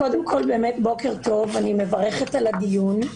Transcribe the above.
בוקר טוב, אני מברכת על הדיון.